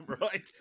Right